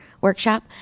workshop